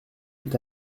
est